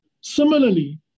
similarly